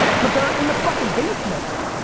but they're in the fucking basement.